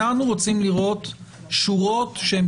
אנחנו רוצים לראות שורות שהן